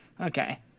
Okay